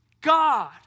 God